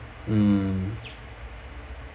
mm